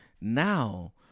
now